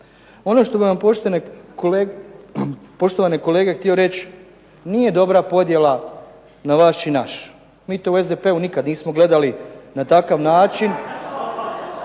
Ono što bih vam poštovani kolege htio reći nije dobra podjela na vaš i naš, mi to u SDP-u nikada nismo gledali na takav način